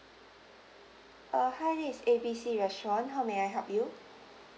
uh hi this is A B C restaurant how may I help you